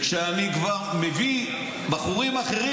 כשאני כבר מביא בחורים אחרים,